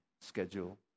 schedule